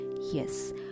Yes